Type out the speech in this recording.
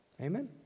Amen